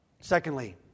Secondly